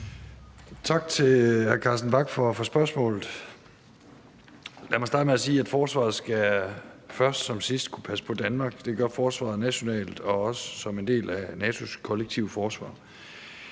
Tak til hr. Carsten Bach for spørgsmålet. Lad mig starte med at sige, at forsvaret først som sidst skal kunne passe på Danmark. Det gør forsvaret nationalt og også som en del af NATO's kollektive forsvar.